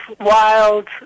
wild